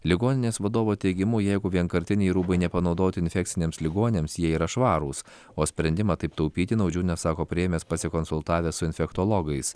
ligoninės vadovo teigimu jeigu vienkartiniai rūbai nepanaudoti infekciniams ligoniams jie yra švarūs o sprendimą taip taupyti naudžiūnas sako priėmęs pasikonsultavęs su infektologais